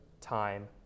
time